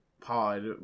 Pod